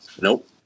Nope